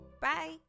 Bye